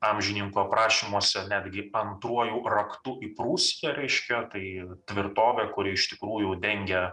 amžininkų aprašymuose netgi antruoju raktu į prūsiją reiškia tai tvirtovė kuri iš tikrųjų dengė